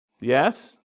Yes